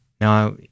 Now